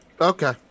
Okay